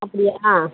அப்படியாப்பா